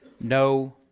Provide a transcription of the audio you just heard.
no